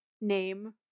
name